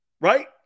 right